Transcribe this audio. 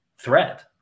threat